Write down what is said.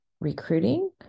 recruiting